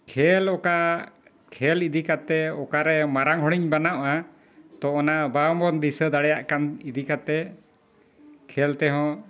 ᱠᱷᱮᱞ ᱚᱠᱟ ᱠᱷᱮᱞ ᱤᱫᱤ ᱠᱟᱛᱮ ᱚᱠᱟᱨᱮ ᱢᱟᱨᱟᱝ ᱦᱚᱲᱤᱧ ᱵᱮᱱᱟᱜᱼᱟ ᱛᱚ ᱚᱱᱟ ᱵᱟᱝᱵᱚᱱ ᱫᱤᱥᱟᱹ ᱫᱟᱲᱮᱭᱟᱜ ᱠᱟᱱ ᱤᱫᱤ ᱠᱟᱛᱮ ᱠᱷᱮᱞ ᱛᱮᱦᱚᱸ